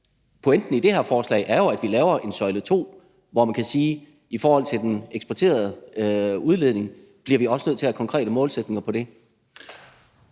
pointen i det her forslag er jo, at vi laver en søjle to, hvor man kan sige, at i forhold til den eksporterede udledning bliver vi også nødt til at have konkrete målsætninger. Kl.